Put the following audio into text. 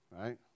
right